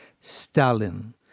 Stalin